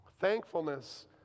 Thankfulness